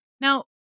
Now